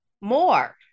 more